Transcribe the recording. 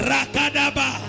Rakadaba